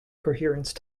coherence